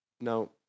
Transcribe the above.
now